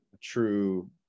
true